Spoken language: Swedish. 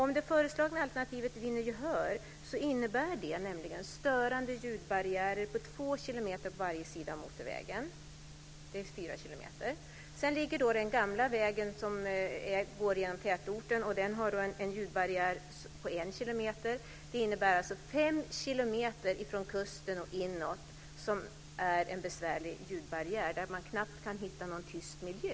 Om det föreslagna alternativet vinner gehör innebär det nämligen störande ljudbarriärer på två kilometer på varje sida av motorvägen - det är fyra km. Sedan finns den gamla vägen, som går genom tätorten, och den har en ljudbarriär på en km. Det innebär alltså att det är en besvärlig ljudbarriär fem km från kusten och inåt där man knappt kan hitta någon tyst miljö.